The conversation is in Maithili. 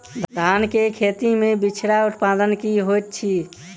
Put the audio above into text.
धान केँ खेती मे बिचरा उत्पादन की होइत छी?